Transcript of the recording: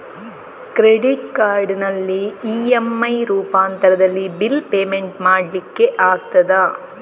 Credit ಕಾರ್ಡಿನಲ್ಲಿ EMI ರೂಪಾಂತರದಲ್ಲಿ bill payment ಮಾಡ್ಲಿಕ್ಕೆ ಆಗ್ತದ?